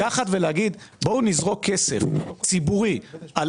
לקחת ולהגיד בואו נזרוק כסף ציבורי על